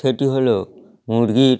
সেটি হল মুরগির